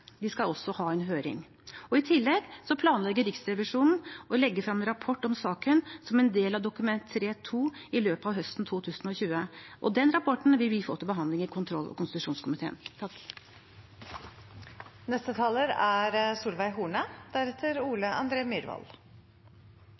De skal også ha en høring. I tillegg planlegger Riksrevisjonen å legge frem en rapport om saken som en del av Dokument 3:2 i løpet av høsten 2020, og den rapporten vil vi få til behandling i kontroll- og konstitusjonskomiteen. Dette er